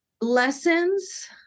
Lessons